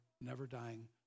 never-dying